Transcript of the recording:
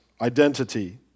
identity